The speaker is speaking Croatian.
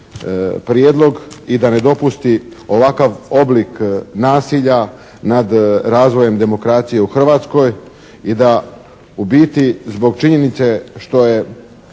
prijedlog i da ne dopusti ovakav oblik nasilja nad razvojem demokracije u Hrvatskoj i u biti zbog činjenice što je